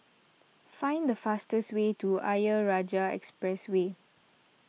find the fastest way to Ayer Rajah Expressway